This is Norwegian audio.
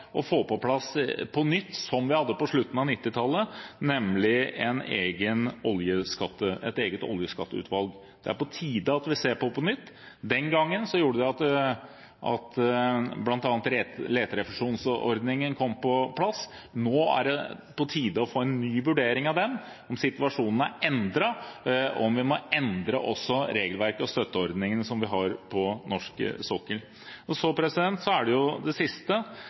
å få på plass – på nytt, som vi hadde på slutten av 1990-tallet – et eget oljeskatteutvalg. Det er på tide at vi ser på det på nytt. Den gangen gjorde det at bl.a. leterefusjonsordningen kom på plass. Nå er det på tide å få en ny vurdering av den, om situasjonen er endret, om vi må endre også regelverk og støtteordninger som vi har på norsk sokkel. Så er det jo det siste,